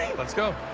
let's go.